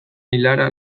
ilara